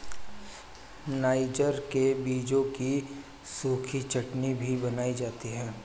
niger के बीजों की सूखी चटनी भी बनाई जाती है